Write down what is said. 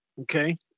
okay